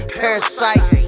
parasite